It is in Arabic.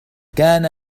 كان